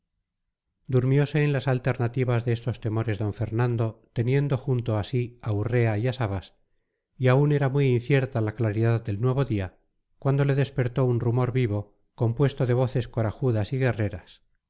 entera durmiose en las alternativas de estos temores d fernando teniendo junto a sí a urrea y a sabas y aún era muy incierta la claridad del nuevo día cuando le despertó un rumor vivo compuesto de voces corajudas y guerreras